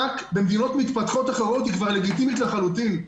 במדינות מפותחות אחרות מענק הוא לגיטימי לחלוטין.